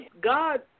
God